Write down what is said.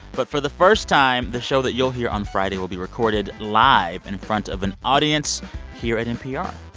but for the first time, the show that you'll hear on friday will be recorded live in front of an audience here at npr.